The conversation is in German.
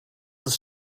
ist